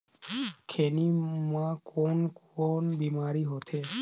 खैनी म कौन कौन बीमारी होथे?